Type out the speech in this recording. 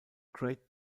great